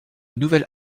nouvelle